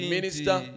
minister